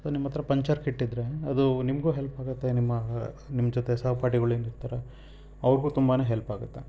so ನಿಮ್ಮ ಹತ್ತಿರ puncture kit ಇದ್ದರೆ ಅದು ನಿಮಗೂ ಹೆಲ್ಪ್ ಆಗುತ್ತೆ ನಿಮ್ಮ ನಿಮ್ಮ ಜೊತೆ ಸಹಪಾಠಿಗಳು ಏನು ಇರ್ತಾರೆ ಅವ್ರಿಗೂ ತುಂಬಾ ಹೆಲ್ಪ್ ಆಗುತ್ತೆ